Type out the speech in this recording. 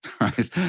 right